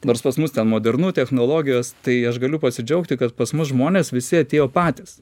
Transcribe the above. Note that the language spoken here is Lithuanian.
nors pas mus ten modernu technologijos tai aš galiu pasidžiaugti kad pas mus žmonės visi atėjo patys